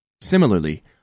Similarly